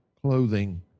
clothing